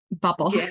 bubble